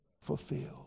fulfilled